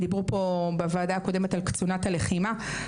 דיברו פה בוועדה הקודמת על קצונת הלחימה,